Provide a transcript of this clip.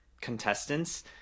contestants